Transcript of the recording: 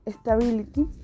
stability